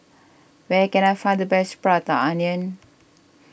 where can I find the best Prata Onion